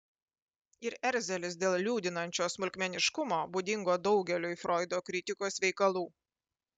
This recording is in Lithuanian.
ir erzelis dėl liūdinančio smulkmeniškumo būdingo daugeliui froido kritikos veikalų